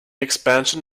expansion